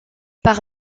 par